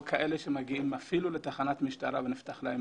או כאלה שמגיעים לתחנת משטרה ונפתח להם